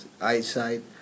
eyesight